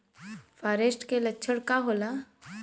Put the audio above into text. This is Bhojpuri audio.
फारेस्ट के लक्षण का होला?